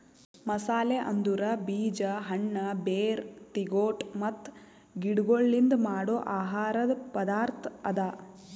ಮಸಾಲೆ ಅಂದುರ್ ಬೀಜ, ಹಣ್ಣ, ಬೇರ್, ತಿಗೊಟ್ ಮತ್ತ ಗಿಡಗೊಳ್ಲಿಂದ್ ಮಾಡೋ ಆಹಾರದ್ ಪದಾರ್ಥ ಅದಾ